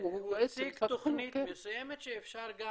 הציג תוכנית מסוימת, אפשר גם